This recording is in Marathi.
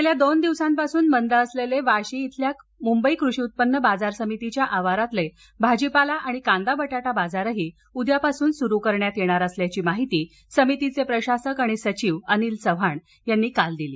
गेल्या दोन दिवसांपासून बंद असलेले मुंबई कृषी उत्पन्न बाजार समितीतील भाजीपाला आणि कांदा आणि बटाटा बाजारही उद्यापासून सुरू करण्यात येणार असल्याची माहिती समितीचे प्रशासक आणि सचिव अनिल चव्हाण यांनी काल दिली